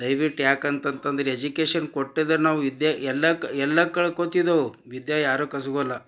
ದಯ್ವಿಟ್ಟು ಯಾಕಂತಂತಂದರೆ ಎಜುಕೇಶನ್ ಕೊಟ್ಟಿದ್ದರೆ ನಾವು ವಿದ್ಯೆ ಎಲ್ಲ ಕ ಎಲ್ಲ ಕಳ್ಕೊತಿದವು ವಿದ್ಯ ಯಾರು ಕಸುಬು ಅಲ್ಲ